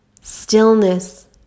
stillness